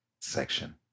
section